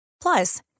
Plus